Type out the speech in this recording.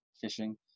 fishing